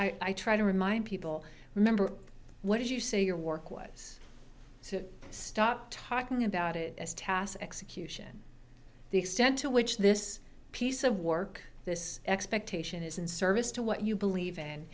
i try to remind people remember what did you say your work was so stop talking about it as task execution the extent to which this piece of work this expectation is in service to what you believe